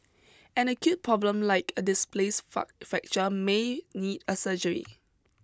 an acute problem like a displaced fracture may need a surgery